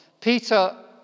Peter